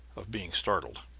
of being startled.